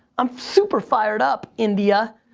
i'm super fired up india.